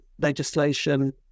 legislation